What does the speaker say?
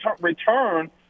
return –